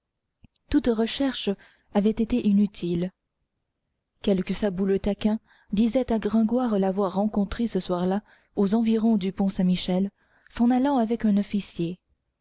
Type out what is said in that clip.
toutes recherches avaient été inutiles quelques sabouleux taquins disaient à gringoire l'avoir rencontrée ce soir-là aux environs du pont saint-michel s'en allant avec un officier